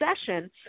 session